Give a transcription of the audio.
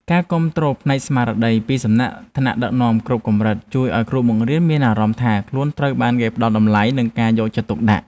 ការគាំទ្រផ្នែកស្មារតីពីសំណាក់ថ្នាក់ដឹកនាំគ្រប់កម្រិតជួយឱ្យគ្រូបង្រៀនមានអារម្មណ៍ថាខ្លួនត្រូវបានគេផ្តល់តម្លៃនិងការយកចិត្តទុកដាក់។